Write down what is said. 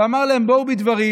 ואמר להם: בואו בדברים.